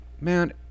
man